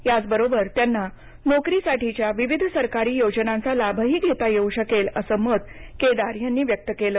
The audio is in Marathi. याचबरोबर त्यांना नोकरीसाठीच्या विविध सरकारी योजनांचा लाभही घेता येऊ शकेल असं मत केदार यांनी व्यक्त केलं